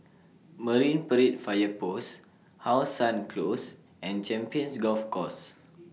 Marine Parade Fire Post How Sun Close and Champions Golf Course